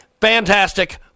Fantastic